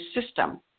system